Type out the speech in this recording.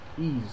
Ease